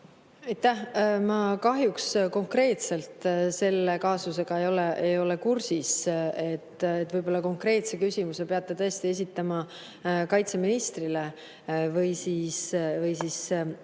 Ma kahjuks konkreetselt selle kaasusega ei ole kursis. Võib-olla peate konkreetse küsimuse tõesti esitama kaitseministrile või siis teistele